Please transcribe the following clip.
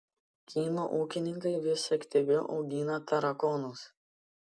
kinų ūkininkai vis aktyviau augina tarakonus